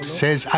says